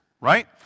right